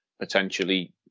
potentially